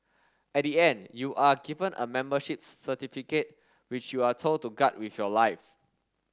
at the end you are given a membership certificate which you are told to guard with your life